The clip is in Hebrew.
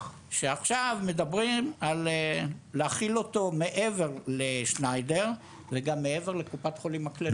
שעכשיו מדברים על להכיל אותו מעבר לשניידר וגם מעבר לקופת חולים הכללית.